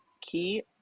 key